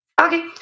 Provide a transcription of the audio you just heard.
Okay